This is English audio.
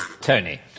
Tony